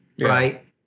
right